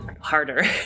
harder